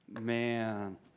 man